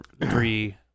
three